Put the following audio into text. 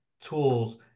tools